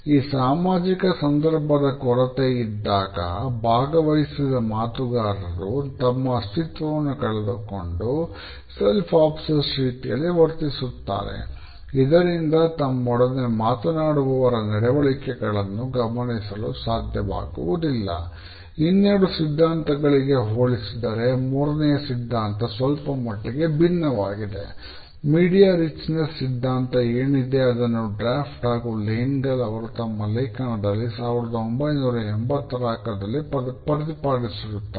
ಈ ಸಾಮಾಜಿಕ ಸಂದರ್ಭದ ಕೊರತೆ ಇದ್ದಾಗ ಭಾಗವಹಿಸಿದ ಮಾತುಗಾರರು ತಮ್ಮ ಅಸ್ತಿತ್ವವನ್ನು ಕಳೆದುಕೊಂಡು ಸೆಲ್ಫ್ ಒಬ್ಸಸ್ಸ್ಡ್ ಅವರು ತಮ್ಮ ಲೇಖನದಲ್ಲಿ1984ರಲ್ಲಿ ಪ್ರತಿಪಾದಿಸಿರುತ್ತಾರೆ